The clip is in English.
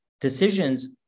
decisions